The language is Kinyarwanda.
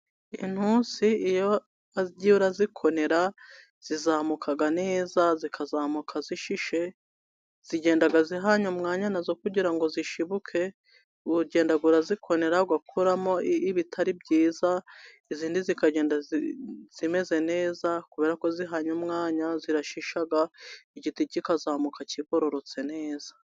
Intusi iyo wagiye urazikorera zizamukaga heza zikazamuka zishishe, zigendaga zihanya umwanyayana nazo kugira ngo zishibuke, ugenda urazikora ugukuramo ibitari byiza izindi zikagenda zimeze neza, kubera ko zihanye umwanya zirashisha igiti kikazamuka kigororotse neza.